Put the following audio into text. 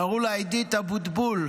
קראו לה עידית אבוטבול,